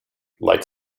like